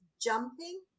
jumping